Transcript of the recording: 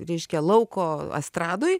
reiškia lauko estradoj